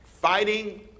Fighting